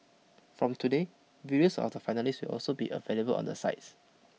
from today videos of the finalists will also be available on the sites